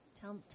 tell